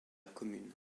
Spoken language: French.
commune